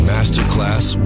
Masterclass